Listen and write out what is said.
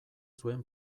zuen